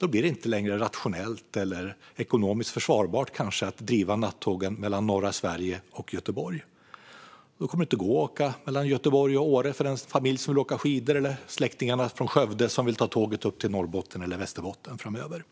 blir det inte längre rationellt och kanske inte ekonomiskt försvarbart att driva nattåg mellan norra Sverige och Göteborg. Då kommer det inte att gå att åka mellan Göteborg och Åre för den familj som vill åka skidor, och släktingarna från Skövde kommer inte att kunna ta tåget upp till Norrbotten eller Västerbotten framöver.